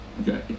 Okay